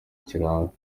kirambye